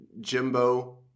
Jimbo